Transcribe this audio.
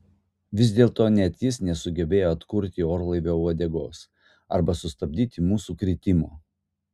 vis dėlto net jis nesugebėjo atkurti orlaivio uodegos arba sustabdyti mūsų kritimo